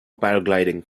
paragliding